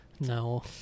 No